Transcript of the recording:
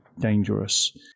dangerous